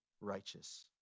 righteous